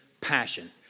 passion